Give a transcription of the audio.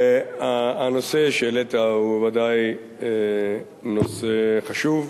הנושא שהעלית הוא ודאי נושא חשוב,